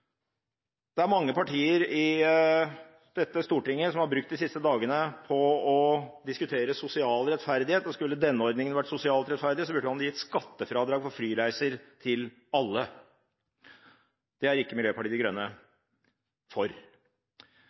Det er mange partier i dette stortinget som har brukt de siste dagene til å diskutere sosial rettferdighet, og skulle denne ordningen ha vært sosialt rettferdig, burde man gitt skattefradrag for flyreiser til alle. Det er ikke Miljøpartiet De Grønne for.